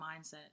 mindset